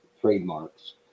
trademarks